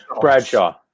Bradshaw